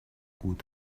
بود